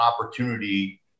opportunity